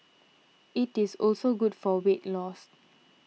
it is also good for weight loss